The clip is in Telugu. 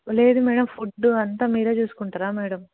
లేదు మ్యాడమ్ ఫుడ్ అంతా మీరు చూసుకుంటారా మ్యాడమ్